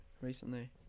recently